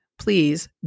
Please